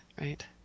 right